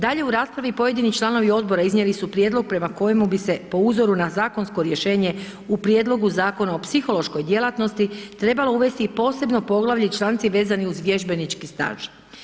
Dalje, u raspravi pojedini članovi Odbora iznijeli su prijedlog prema kojemu bi se po uzoru na zakonsko rješenje u prijedlogu Zakona o psihološkoj djelatnosti trebalo uvesti i posebno poglavlje i članci vezani uz vježbenički staž.